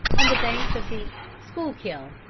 on the banks of the schuykill.